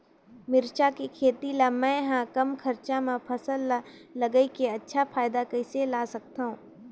मिरचा के खेती ला मै ह कम खरचा मा फसल ला लगई के अच्छा फायदा कइसे ला सकथव?